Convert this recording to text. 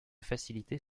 faciliter